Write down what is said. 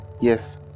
yes